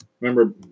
remember